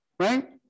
Right